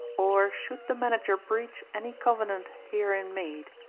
or should the manager breach any covenant herein made,